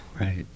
Right